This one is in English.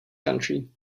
country